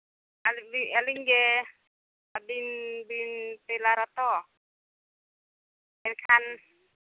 ᱟᱹᱞᱤᱧ ᱜᱮ ᱟᱹᱵᱤᱱ ᱵᱤᱱ ᱴᱮᱞᱟᱨᱟ ᱛᱚ ᱮᱱᱠᱷᱟᱱ